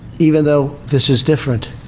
even though this is different.